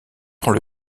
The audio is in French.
prend